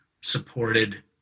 supported